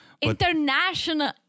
International